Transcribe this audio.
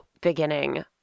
beginning